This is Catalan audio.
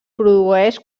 produeix